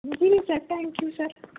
G sir thank you sir